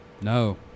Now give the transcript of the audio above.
No